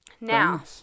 Now